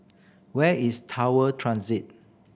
where is Tower Transit